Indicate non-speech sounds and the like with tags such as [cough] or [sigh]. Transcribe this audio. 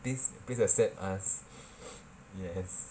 please please accept us [noise] yes